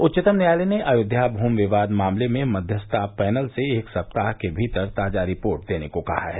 उच्चतम न्यायालय ने अयोध्या भूमि विवाद मामले में मध्यस्थता पैनल से एक सप्ताह के भीतर ताजा रिपोर्ट देने को कहा है